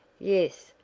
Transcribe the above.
yes,